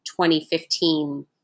2015